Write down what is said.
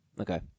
okay